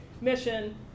mission